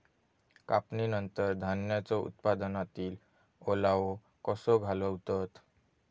कापणीनंतर धान्यांचो उत्पादनातील ओलावो कसो घालवतत?